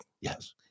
Yes